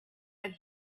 but